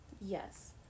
Yes